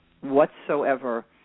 whatsoever